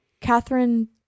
Catherine